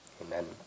amen